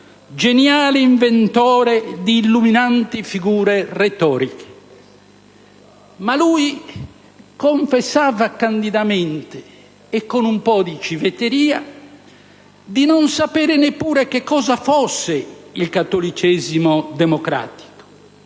geniale inventore di illuminanti figure retoriche. Ma lui confessava candidamente e con un po' di civetteria di non saper neppure che cosa fosse il cattolicesimo democratico